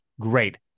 great